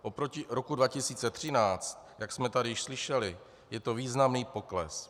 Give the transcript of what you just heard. Oproti roku 2013, jak jsme tady již slyšeli, je to významný pokles.